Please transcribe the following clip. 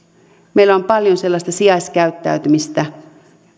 meillä on paljon sellaista sijaiskäyttäytymistä